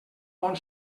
bon